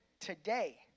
today